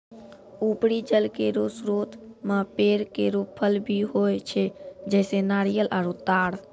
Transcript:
उपरी जल केरो स्रोत म पेड़ केरो फल भी होय छै, जैसें नारियल आरु तार